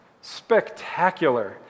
Spectacular